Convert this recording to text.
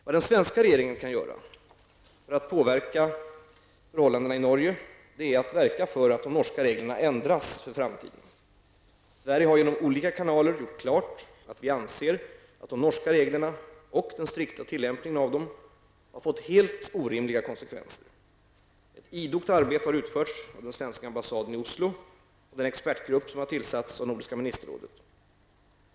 Vad den svenska regeringen kan göra för att påverka förhållandena i Norge är att verka för att de norska reglerna ändras för framtiden. Sverige har genom olika kanaler gjort klart att vi anser att de norska reglerna, och den strikta tillämpningen av dem, har fått helt orimliga konsekvenser. Ett idogt arbete har utförts av den svenska ambassaden i Oslo och den expertgrupp som tillsatts av Nordiska ministerrådet.